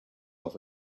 off